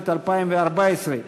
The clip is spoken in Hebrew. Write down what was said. התשע"ד 2014,